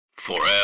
FOREVER